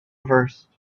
reversed